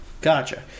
Gotcha